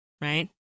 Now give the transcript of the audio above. right